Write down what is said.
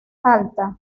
alta